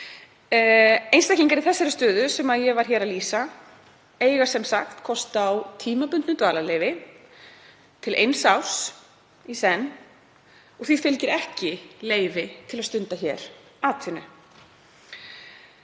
Einstaklingar í þeirri stöðu sem ég var hér að lýsa eiga sem sagt kost á tímabundnu dvalarleyfi, til eins árs í senn, og því fylgir ekki leyfi til að stunda hér atvinnu.